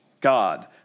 God